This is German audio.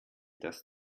das